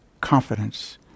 confidence